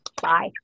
Bye